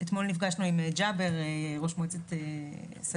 אתמול נפגשנו עם ג'אבר, ראש מועצת סאג'ור.